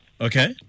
Okay